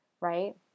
right